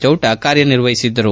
ಚೌಟ ಕಾರ್ಯನಿರ್ವಹಿಸಿದ್ದರು